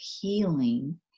healing